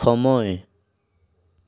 সময়